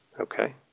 Okay